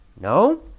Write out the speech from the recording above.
No